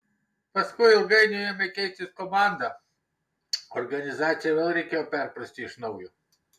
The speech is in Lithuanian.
paskui ilgainiui ėmė keistis komanda organizaciją vėl reikėjo perprasti iš naujo